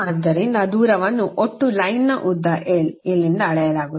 ಆದ್ದರಿಂದ ದೂರವನ್ನು ಒಟ್ಟು ಸಾಲಿನ ಉದ್ದ l ಇಲ್ಲಿಂದ ಅಳೆಯಲಾಗುತ್ತದೆ